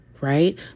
right